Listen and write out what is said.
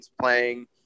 playing